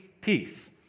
peace